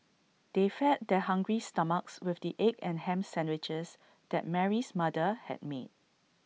they fed their hungry stomachs with the egg and Ham Sandwiches that Mary's mother had made